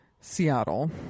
Seattle